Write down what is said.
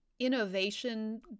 innovation